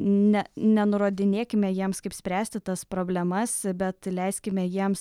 ne nenurodinėkime jiems kaip spręsti tas problemas bet leiskime jiems